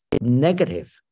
negative